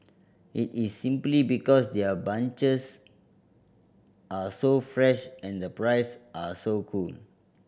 it is simply because their bunches are so fresh and the price are so cool